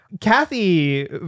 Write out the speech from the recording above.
Kathy